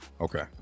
Okay